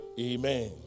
Amen